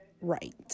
right